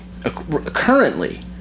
Currently